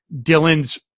Dylan's